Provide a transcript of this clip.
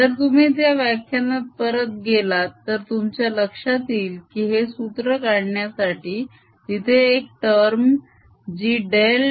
जर तुम्ही त्या व्याख्यानात परत गेलात तर तुमच्या लक्षात येईल की हे सूत्र काढण्यासाठी तिथे एक टर्म जी डेल